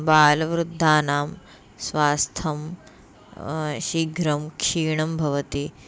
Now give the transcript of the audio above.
बालवृद्धानां स्वास्थ्यं शीघ्रं क्षीणं भवति